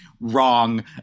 wrong